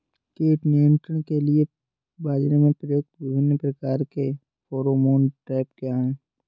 कीट नियंत्रण के लिए बाजरा में प्रयुक्त विभिन्न प्रकार के फेरोमोन ट्रैप क्या है?